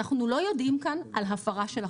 אנחנו לא יודעים כאן על הפרה של החוק.